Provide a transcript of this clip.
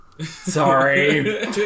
Sorry